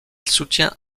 soutient